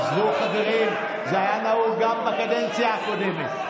עזבו, חברים, זה היה נהוג גם בקדנציה הקודמת.